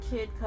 Kid